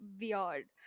weird